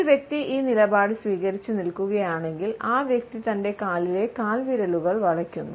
ഒരു വ്യക്തി ഈ നിലപാട് സ്വീകരിച്ച് നിൽക്കുകയാണെങ്കിൽ ആ വ്യക്തി തന്റെ കാലിലെ കാൽവിരലുകൾ വളയുക്കുന്നു